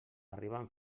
arriben